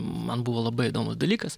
man buvo labai įdomu dalykas